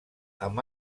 amb